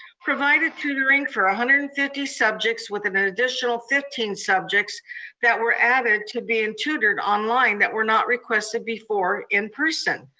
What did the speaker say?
provided tutoring for one ah hundred and fifty subjects with an additional fifteen subjects that were added to being tutored online, that were not requested before in person.